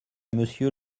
monsieur